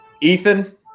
Ethan